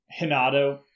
Hinato